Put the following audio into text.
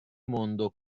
mondo